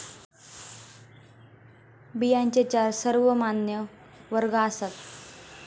बियांचे चार सर्वमान्य वर्ग आसात